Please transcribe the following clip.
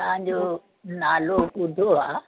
तव्हांजो नालो ॿुधो आहे